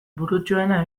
burutsuena